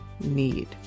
need